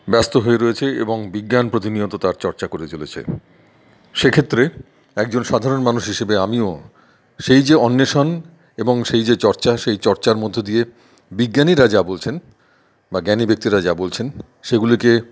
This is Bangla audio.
ব্যস্ত হয়ে রয়েছে এবং বিজ্ঞান প্রতিনিয়ত তার চর্চা করে চলেছে সেক্ষেত্রে একজন সাধারণ মানুষ হিসেবে আমিও সেই যে অন্বেষণ এবং সেই যে চর্চা সেই চর্চার মধ্যে দিয়ে বিজ্ঞানীরা যা বলছেন বা জ্ঞানী ব্যক্তিরা যা বলছেন সেইগুলিকে